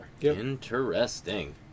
Interesting